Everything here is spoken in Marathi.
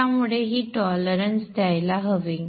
त्यामुळे ही टॉलरन्स द्यायला हवी